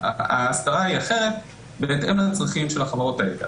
ההסדרה היא אחרת ובהתאם לצרכים של החברות האלה.